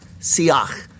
siach